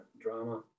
drama